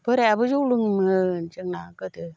बोरायाबो जौ लोङोमोन जोंना गोदो